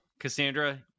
Cassandra